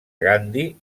gandhi